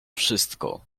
wszystko